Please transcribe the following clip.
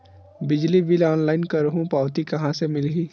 बिजली के ऑनलाइन करहु पावती कहां ले मिलही?